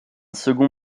second